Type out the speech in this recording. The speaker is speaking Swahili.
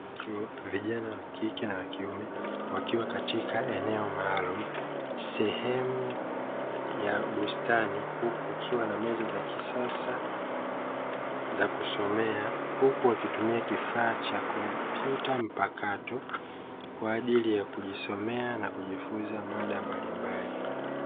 Vijana wa kike na kiume wakiwa katika eneo maalumu, sehemu ya bustani huku kukiwa na meza za kisasa za kusomea, huku wakitumia kifaa cha kompyuta mpakato kwa ajili ya kujisomea na kujifunza mada mbalimbali.